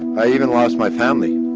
i even lost my family.